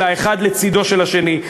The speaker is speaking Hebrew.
אלא האחד לצדו של השני.